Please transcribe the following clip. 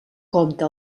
compte